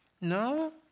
No